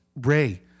Ray